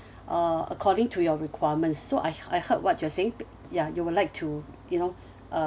uh according to your requirements so I I heard what you're saying ya you would like to you know uh